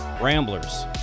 Ramblers